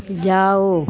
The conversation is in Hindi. जाओ